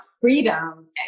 freedom